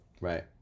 Right